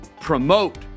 promote